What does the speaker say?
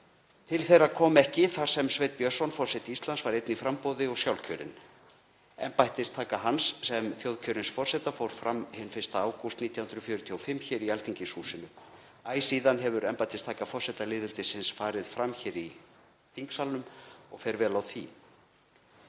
Til þeirra kom ekki þar sem Sveinn Björnsson, forseti Íslands, var einn í framboði og sjálfkjörinn. Embættistaka hans sem þjóðkjörins forseta Íslands fór fram 1. ágúst 1945 hér í Alþingishúsinu. Æ síðan hefur embættistaka forseta lýðveldisins farið fram hér í þingsalnum og fer vel á því.